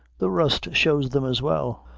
the rust shows them as well.